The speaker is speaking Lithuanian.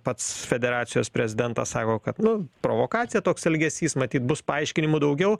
pats federacijos prezidentas sako kad nu provokacija toks elgesys matyt bus paaiškinimų daugiau